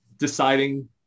deciding